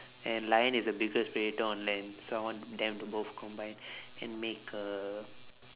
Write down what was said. and lion is the biggest predator on land so I want them to both combine and make a